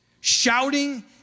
Shouting